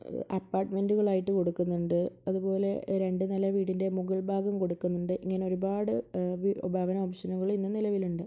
അപ്പാർട്ട്മെൻറ്റുകളായിട്ട് കൊടുക്കുന്നുണ്ട് അതുപോലെ രണ്ടു നില വീടിൻ്റെ മുഗൾ ഭാഗം കൊടുക്കുന്നുണ്ട് ഇങ്ങനെ ഒരുപാട് വി ഭവന ഓപ്ഷനുകൾ ഇന്ന് നിലവിലുണ്ട്